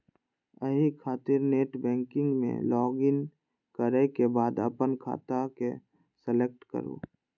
एहि खातिर नेटबैंकिग मे लॉगइन करै के बाद अपन खाता के सेलेक्ट करू